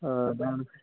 ആ അതാണ്